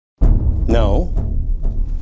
No